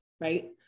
right